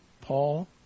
Paul